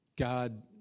God